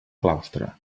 claustre